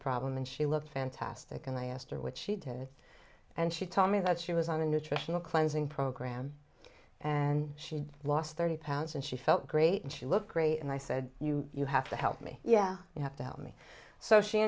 problem and she looked fantastic and i asked her what she did and she told me that she was on a nutritional cleansing program and she lost thirty pounds and she felt great and she looked great and i said you you have to help me yeah you have to help me so she